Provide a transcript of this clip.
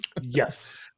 yes